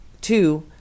two